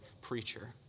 preacher